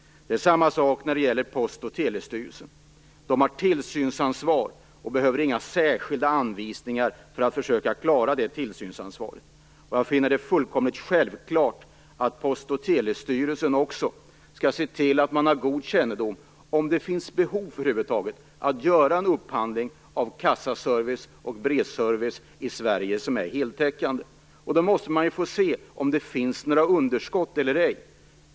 Samma sak gäller Post och telestyrelsen. De har ett tillsynsansvar och behöver inga särskilda anvisningar för att försöka klara detta. Jag finner det fullkomligt självklart att Post och telestyrelsen också skall se till att ha god kännedom om huruvida det över huvud taget finns behov av att göra en upphandling av kassaservice och brevservice i Sverige som är heltäckande. Då måste man ju få se om det finns några underskott eller ej.